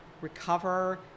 recover